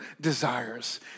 desires